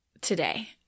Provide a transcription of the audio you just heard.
today